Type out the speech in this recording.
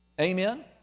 Amen